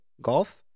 Golf